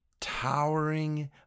towering